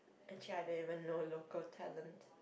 actually I don't even know local talent